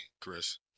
Chris